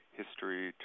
history